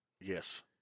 Yes